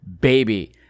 baby